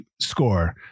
score